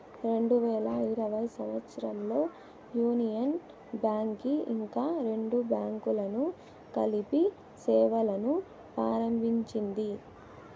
రెండు వేల ఇరవై సంవచ్చరంలో యూనియన్ బ్యాంక్ కి ఇంకా రెండు బ్యాంకులను కలిపి సేవలును ప్రారంభించింది